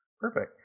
Perfect